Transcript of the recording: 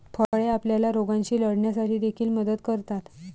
फळे आपल्याला रोगांशी लढण्यासाठी देखील मदत करतात